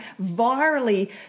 virally